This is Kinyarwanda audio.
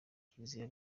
kiliziya